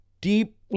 deep